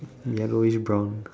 yellowish brown